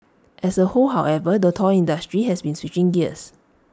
as A whole however the toy industry has been switching gears